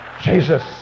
Jesus